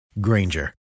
Granger